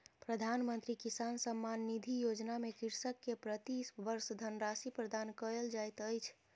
प्रधानमंत्री किसान सम्मान निधि योजना में कृषक के प्रति वर्ष धनराशि प्रदान कयल जाइत अछि